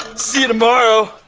see you tomorrow.